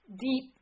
deep